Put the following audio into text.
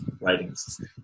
writings